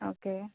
आं ओके